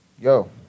Yo